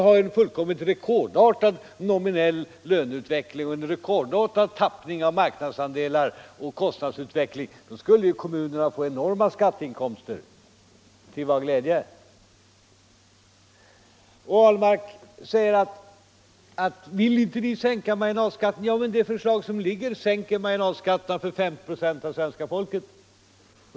Vid en rekordartad nominell löneutveckling som i rekordtakt skulle minska våra marknadsandelar och påskynda kostnadsutvecklingen skulle kommunerna ju få enorma skatteinkomster — men till vad glädje? Herr Ahlmark säger att vi inte vill sänka marginalskatterna. Men det förslag som nu föreligger sänker marginalskatterna för 50 ?6 av svenska folket.